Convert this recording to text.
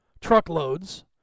truckloads